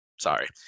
Sorry